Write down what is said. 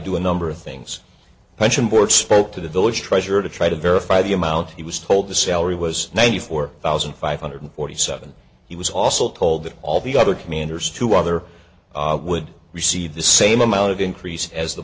do a number of things pension board spoke to the village treasurer to try to verify the amount he was told the salary was ninety four thousand five hundred forty seven he was also told that all the other commanders to other would receive the same amount of increase as the